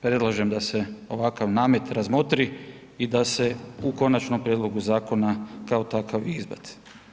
Predlažem da se ovakav namet razmotri i da se u konačnom prijedlogu zakona kao takav i izbaci.